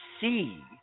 see